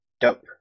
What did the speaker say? Dope